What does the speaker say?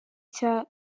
cya